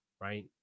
right